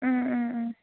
ꯎꯝ ꯎꯝ ꯎꯝ